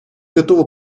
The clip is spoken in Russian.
готова